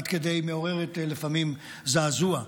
עד כדי מעוררת לפעמים זעזוע.